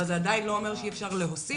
אבל זה עדיין לא אומר שאי אפשר להוסיף.